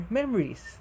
memories